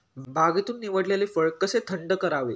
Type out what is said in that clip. बागेतून निवडलेले फळ कसे थंड करावे?